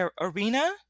arena